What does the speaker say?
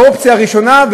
כאופציה הראשונה,